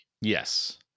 Yes